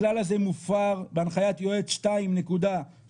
הכלל הזה מונח בהנחיית יועץ 2.3005,